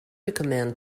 recommend